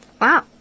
Wow